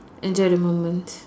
enjoy the moment